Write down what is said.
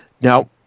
Now